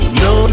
no